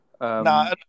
no